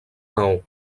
maó